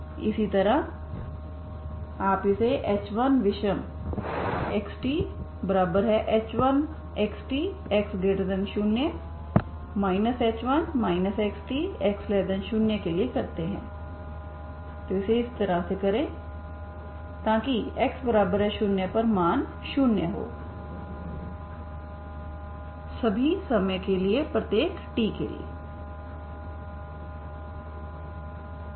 इसी तरह आप इसे h1विषमxth1xt x0 h1 xtx0 के लिए करते हैं तो इसे इस तरह करें ताकि x0 पर मान शून्य हो सभी समय के लिए ∀t